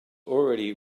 already